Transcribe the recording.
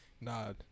Nah